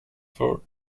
for